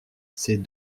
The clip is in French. ces